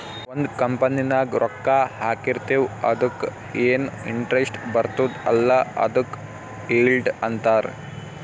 ಒಂದ್ ಕಂಪನಿದಾಗ್ ರೊಕ್ಕಾ ಹಾಕಿರ್ತಿವ್ ಅದುಕ್ಕ ಎನ್ ಇಂಟ್ರೆಸ್ಟ್ ಬರ್ತುದ್ ಅಲ್ಲಾ ಅದುಕ್ ಈಲ್ಡ್ ಅಂತಾರ್